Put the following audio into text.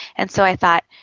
and so i thought,